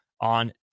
on